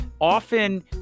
often